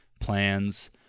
plans